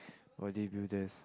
bodybuilders